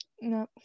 No